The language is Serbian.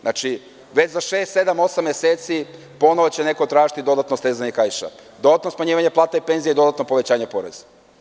Znači, već za šest, sedam, osam meseci ponovo će neko tražiti dodatno stezanje kaiša, dodatno smanjivanje plata i penzija i dodatno povećanje poreza.